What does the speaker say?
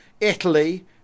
Italy